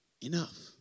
enough